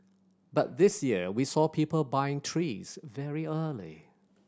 but this year we saw people buying trees very early